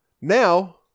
now